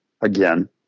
again